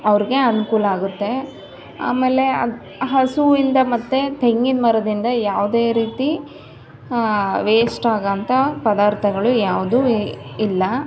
ಅವ್ರಿಗೆ ಅನುಕೂಲ ಆಗುತ್ತೆ ಆಮೇಲೆ ಅದು ಹಸುವಿಂದ ಮತ್ತು ತೆಂಗಿನ ಮರದಿಂದ ಯಾವುದೇ ರೀತಿ ವೇಸ್ಟ್ ಆಗೋ ಅಂಥ ಪದಾರ್ಥಗಳು ಯಾವುದೂ ಇಲ್ಲ